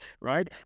right